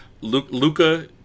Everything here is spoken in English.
Luca